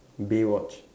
Baywatch